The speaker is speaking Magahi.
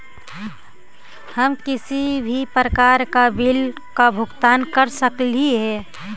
हम किसी भी प्रकार का बिल का भुगतान कर सकली हे?